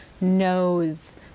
knows